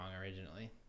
originally